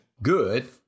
good